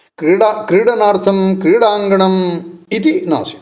क्रीडा क्रीडणार्थं क्रीडाङ्गणम् इति नासीत्